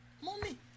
Mommy